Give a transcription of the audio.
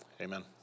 Amen